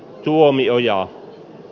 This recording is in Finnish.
tuomioja